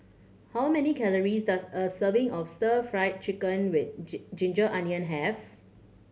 how many calories does a serving of Stir Fry Chicken with ginger onion have